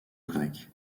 grec